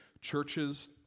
churches